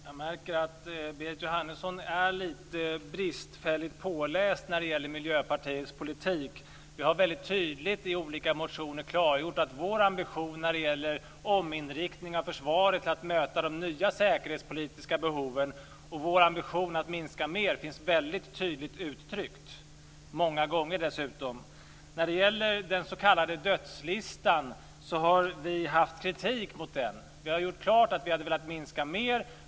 Fru talman! Jag märker att Berit Jóhannesson är lite bristfälligt påläst när det gäller Miljöpartiets politik. Vi har väldigt tydligt i olika motioner klargjort vår ambition när det gäller en ominriktning av försvaret för att möta de nya säkerhetspolitiska behoven, och vår ambition att minska mer finns tydligt uttryckt, många gånger dessutom. Den s.k. dödslistan har vi haft kritik mot. Vi har gjort klart att vi hade velat minska mer.